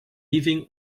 living